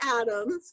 Adams